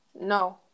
No